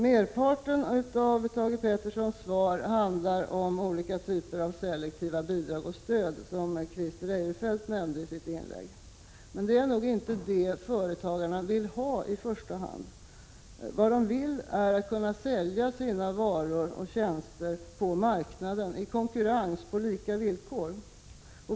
Merparten av Thage Petersons svar handlar om olika typer av selektiva bidrag och stöd, som Christer Eirefelt nämnde i sitt inlägg. Men det är nog inte detta som företagarna vill ha i första hand. Vad de vill är att kunna sälja sina varor och tjänster på marknaden i konkurrens på lika villkor.